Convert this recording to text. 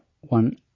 one